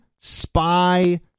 spy